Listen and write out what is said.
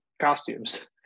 costumes